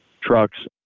trucks